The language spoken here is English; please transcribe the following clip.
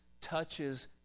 touches